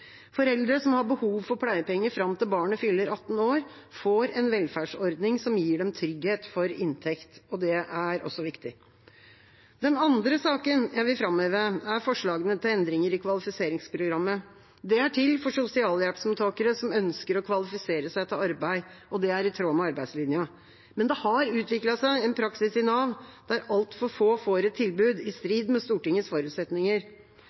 Foreldre som har behov for pleiepenger fram til barnet fyller 18 år, får en velferdsordning som gir dem trygghet for inntekt, og det er også viktig. Den andre saken jeg vil framheve, er forslagene til endringer i kvalifiseringsprogrammet. Det er til for sosialhjelpsmottakere som ønsker å kvalifisere seg til arbeid, og det er i tråd med arbeidslinja. Men det har utviklet seg en praksis i Nav der altfor få får et tilbud, i strid med Stortingets forutsetninger.